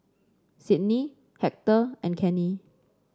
Sidney Hector and Kenny